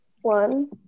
one